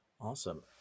Awesome